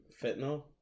fentanyl